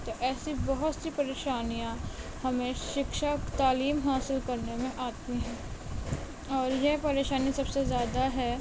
تو ایسے بہت سی پریشانیاں ہمیں شکشا تعلیم حاصل کرنے میں آتی ہیں اور یہ پریشانی سب سے زیادہ ہے